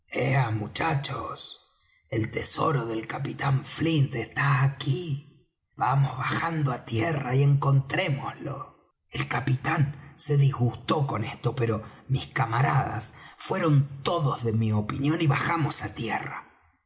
muchachos el tesoro del capitán flint está aquí vamos bajando á tierra y encontrémoslo el capitán se disgustó con esto pero mis camaradas fueron todos de mi opinión y bajamos á tierra